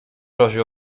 razie